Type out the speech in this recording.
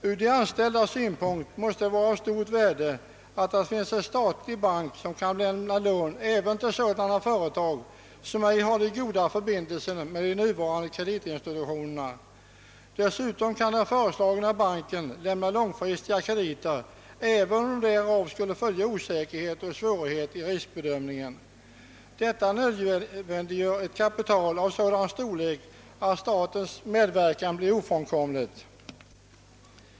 Från de anställdas synpunkt måste det vara av stort värde att det finns en statlig bank, som kan lämna lån även till sådana företag som ej har goda förbindelser med de nuvarande kreditinstitutionerna. Dessutom kan den föreslagna banken lämna långfristiga krediter, även om detta innebär osäkerhet och svårigheter vid riskbedömningen. Detta nödvändiggör ett eget kapital av sådan storlek att statens medverkan blir ofrånkomlig.